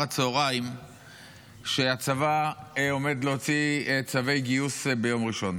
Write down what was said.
הצוהריים שהצבא עומד להוציא צווי גיוס ביום ראשון.